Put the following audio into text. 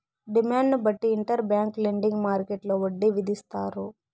డిమాండ్ను బట్టి inter bank lending మార్కెట్టులో వడ్డీ విధిస్తారు